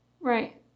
Right